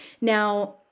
Now